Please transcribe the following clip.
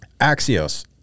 Axios